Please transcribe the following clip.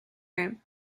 room